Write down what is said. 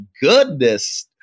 goodness